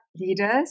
leaders